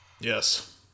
Yes